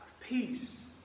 peace